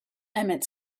emmett